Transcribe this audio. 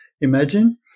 imagine